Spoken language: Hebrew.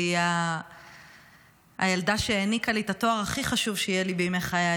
והיא הילדה שהעניקה לי את התואר הכי חשוב שיהיה לי בימי חיי,